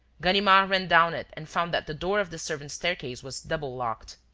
ganimard ran down it and found that the door of the servants' staircase was double-locked.